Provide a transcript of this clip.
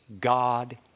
God